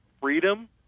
freedom